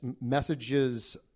messages